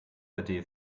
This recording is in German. der